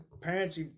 Parents